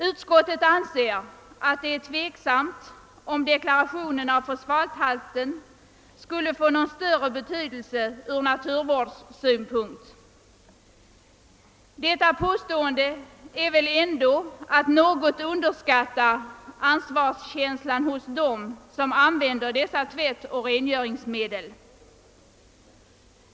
Utskottet anser det vara tveksamt om deklarationen av fosfathalten skulle ha någon större betydelse ur naturvårdssynpunkt. Detta påstående är väl ändå att underskatta ansvarskänslan hos dem som använder dessa tvättoch rengöringsmedel.